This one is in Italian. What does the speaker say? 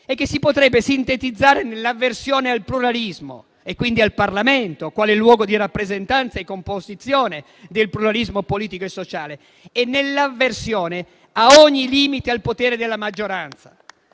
che si potrebbe sintetizzare nell'avversione al pluralismo - e quindi al Parlamento quale luogo di rappresentanza e composizione del pluralismo politico e sociale - e a ogni limite al potere della maggioranza